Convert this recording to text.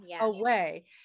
away